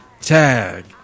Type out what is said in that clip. tag